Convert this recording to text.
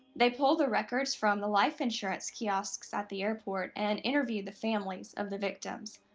they pulled the records from the life insurance kiosks at the airport and interviewed the families of the victims.